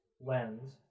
lens